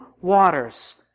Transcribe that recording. waters